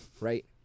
Right